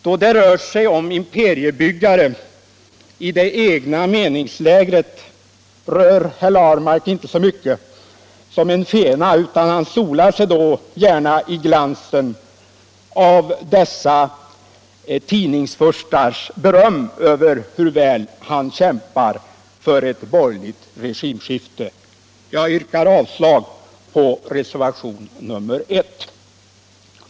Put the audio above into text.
Då det rör sig om imperiebyggare i det egna meningslägret rör herr Ahlmark inte så mycket som en fena, utan solar sig gärna i glansen av dessa tidningsfurstars beröm över hur väl han kämpar för ett borgerligt regimskifte. Jag yrkar avslag på reservationen 1.